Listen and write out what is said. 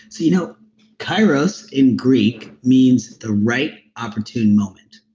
so you know kairos in greek means the right opportune moment